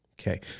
Okay